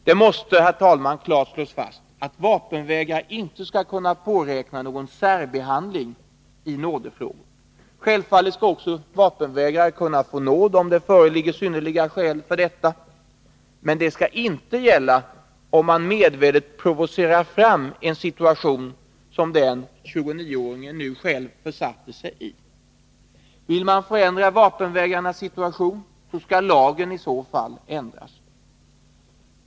Det måste, herr talman, klart slås fast att vapenvägrare inte skall kunna påräkna någon särbehandling i nådefrågor. Självfallet skall också vapenvägrare kunna få nåd, om det föreligger synnerliga skäl för detta, men det skall inte vara möjligt att få det på grund av att man medvetet provocerar fram en situation som den 29-åringen försatte sig i. Vill man förändra vapenvägrarnas situation, skall lagen i så fall ändras.